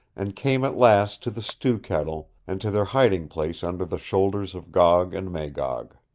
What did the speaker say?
and came at last to the stew-kettle, and to their hiding-place under the shoulders of gog and magog.